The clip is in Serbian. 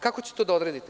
Kako ćete to da odradite?